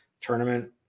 tournament